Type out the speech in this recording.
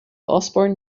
osborne